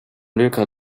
luc